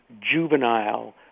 juvenile